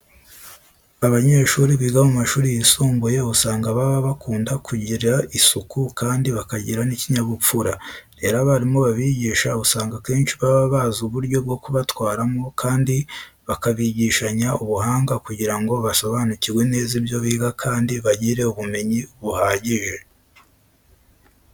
Abanyeshuri biga mu mashuri yisumbuye usanga baba bakunda kugira isuku kandi bakagira n'ikinyabupfura. Rero abarimu babigisha usanga akenshi baba bazi uburyo bwo kubatwaramo kandi bakabigishanya ubuhanga kugira ngo basobanukirwe neza ibyo biga kandi bagire ubumenyi buhagije.